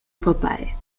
vorbei